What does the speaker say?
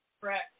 Correct